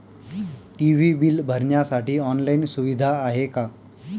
TV bill भरण्यासाठी online सुविधा आहे का?